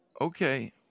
Okay